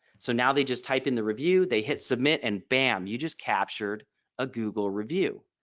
so now they just type in the review they hit submit and bam you just captured a google review.